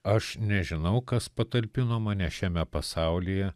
aš nežinau kas patalpino mane šiame pasaulyje